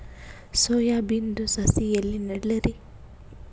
Soya ಬಿನದು ಸಸಿ ಎಲ್ಲಿ ನೆಡಲಿರಿ?